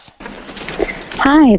Hi